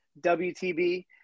WTB